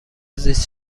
زیست